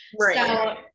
Right